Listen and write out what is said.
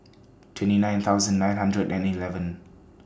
twenty nine thousand nine hundred and eleven